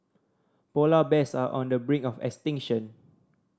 polar bears are on the brink of extinction